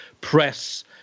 press